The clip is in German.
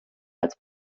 als